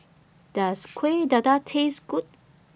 Does Kueh Dadar Taste Good